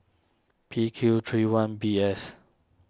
P Q three one B S